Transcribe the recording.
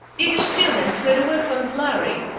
did you steal them to get away from the lhari?